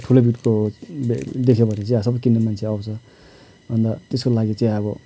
ठुलो ब्रिडको दे देख्यो भने चाहिँ अब सबै किन्ने मान्छे आउँछ अन्त त्यसको लागि चाहिँ अब